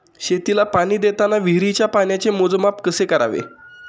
शेतीला पाणी देताना विहिरीच्या पाण्याचे मोजमाप कसे करावे?